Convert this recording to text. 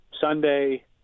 Sunday